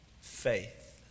faith